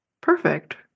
perfect